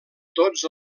tots